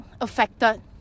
affected